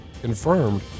confirmed